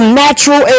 natural